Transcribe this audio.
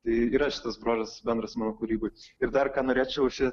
tai yra šitas bruožas bendras mano kūryboj ir dar ką norėčiau šia